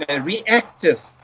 reactive